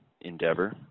endeavor